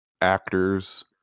actors